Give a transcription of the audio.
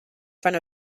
front